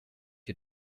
you